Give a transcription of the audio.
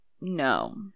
no